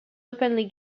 openly